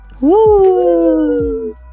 Woo